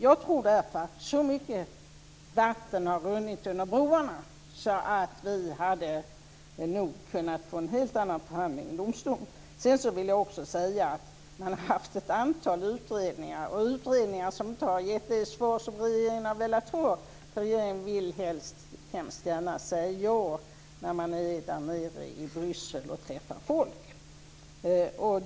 Jag tror därför att så mycket vatten har runnit under broarna att vi nog hade kunnat få en helt annan förhandling i domstolen. Man har haft ett antal utredningar - utredningar som inte har gett det svar som regeringen har velat ha. Regeringen vill ju hemskt gärna säga ja när den är där nere i Bryssel och träffar folk.